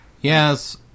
Yes